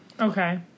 Okay